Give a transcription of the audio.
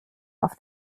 auf